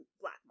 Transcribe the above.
black